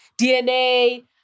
DNA